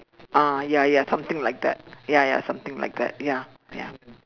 ah ya ya something like that ya ya something like that ya ya